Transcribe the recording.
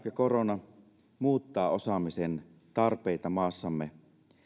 korona muuttaa osaamisen tarpeita maassamme